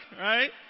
Right